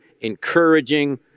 encouraging